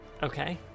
Okay